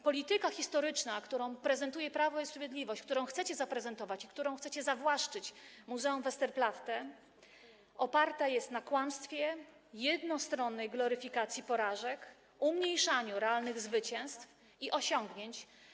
Polityka historyczna, którą prezentuje Prawo i Sprawiedliwość, którą chcecie zaprezentować i którą chcecie zawłaszczyć muzeum Westerplatte, oparta jest na kłamstwie, jednostronnej gloryfikacji porażek i umniejszaniu realnych zwycięstw i osiągnięć.